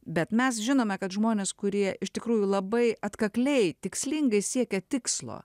bet mes žinome kad žmonės kurie iš tikrųjų labai atkakliai tikslingai siekia tikslo